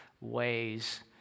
ways